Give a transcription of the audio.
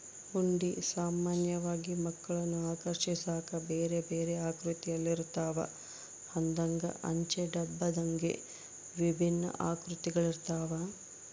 ಹುಂಡಿ ಸಾಮಾನ್ಯವಾಗಿ ಮಕ್ಕಳನ್ನು ಆಕರ್ಷಿಸಾಕ ಬೇರೆಬೇರೆ ಆಕೃತಿಯಲ್ಲಿರುತ್ತವ, ಹಂದೆಂಗ, ಅಂಚೆ ಡಬ್ಬದಂಗೆ ವಿಭಿನ್ನ ಆಕೃತಿಗಳಿರ್ತವ